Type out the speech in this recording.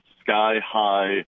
sky-high